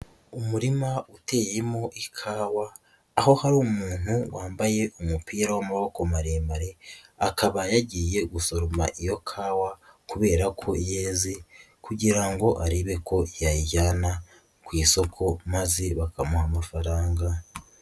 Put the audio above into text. Umurima uteyemo ikawa aho hari umuntu wambaye umupira w'amaboko maremare, akaba yagiye gusoroma iyo kawa kubera ko yeze kugira ngo arebe ko yayijyana ku isoko maze bakamuha amafaranga.